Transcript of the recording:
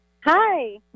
Hi